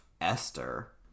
Esther